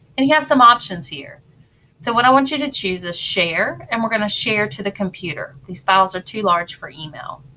and then you have some options here so what i want you to choose is share. and we're going to share to the computer. these files are too large for email,